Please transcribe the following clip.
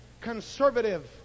conservative